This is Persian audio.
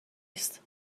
است